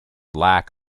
lack